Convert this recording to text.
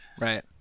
right